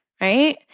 right